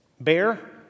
Bear